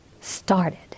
started